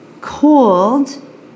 cold